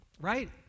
Right